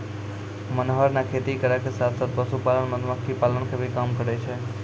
मनोहर नॅ खेती करै के साथॅ साथॅ, पशुपालन, मधुमक्खी पालन के भी काम करै छै